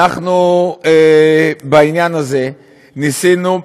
בעניין הזה ניסינו,